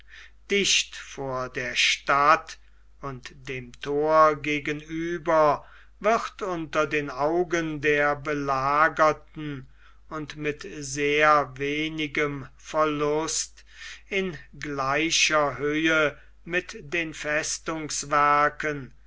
dicht vor der stadt und dem thor gegenüber wird unter den augen der belagerten und mit sehr wenigem verlust in gleicher höhe mit den